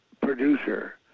producer